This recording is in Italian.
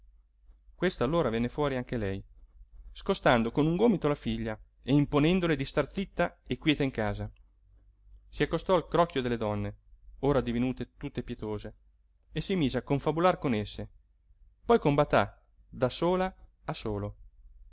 questa allora venne fuori anche lei scostando con un gomito la figlia e imponendole di star zitta e quieta in casa si accostò al crocchio delle donne ora divenute tutte pietose e si mise a confabular con esse poi con batà da sola a solo